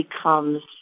becomes